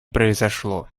произошло